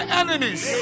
enemies